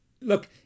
look